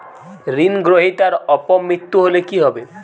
ঋণ গ্রহীতার অপ মৃত্যু হলে কি হবে?